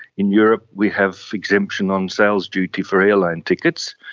in europe we have exemption on sales duty for airline tickets.